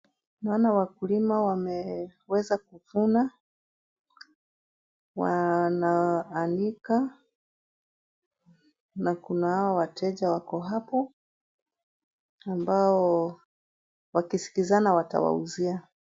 Naona wakulima wameweza kuvuna, wanaanika na kuna hao wateja wako hapo wakiskizana watauzia.